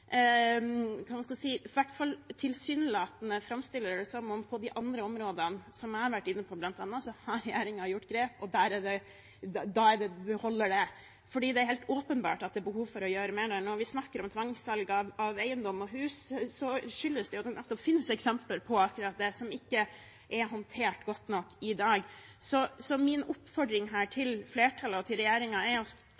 skal man si – i hvert fall tilsynelatende framstiller det som om på de andre områdene som jeg har vært inne på bl.a., har regjeringen gjort grep, og da holder det. For det er helt åpenbart at det er behov for å gjøre mer. Når vi snakker om tvangssalg av eiendom og hus, skyldes det at det nettopp finnes eksempler på akkurat det, som ikke er håndtert godt nok i dag. Så min oppfordring